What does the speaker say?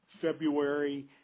February